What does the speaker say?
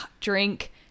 drink